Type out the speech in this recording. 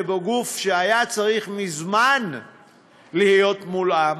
שבו גוף שהיה צריך מזמן להיות מולאם